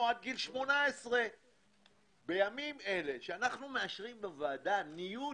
או עד גיל 18. בימים אלה אנחנו מאשרים בוועדה ניוד